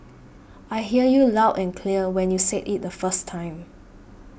I hear you loud and clear when you said it the first time